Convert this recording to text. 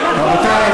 רבותי,